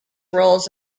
roles